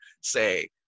say